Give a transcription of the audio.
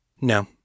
No